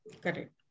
Correct